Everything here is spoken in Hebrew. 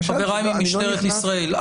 חבריי ממשטרת ישראל,